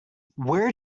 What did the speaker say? where